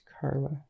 carla